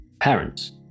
parents